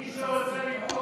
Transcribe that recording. מי שרוצה למחוק